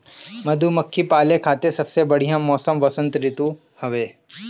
मधुमक्खी पाले खातिर सबसे बढ़िया मौसम वसंत ऋतू के हवे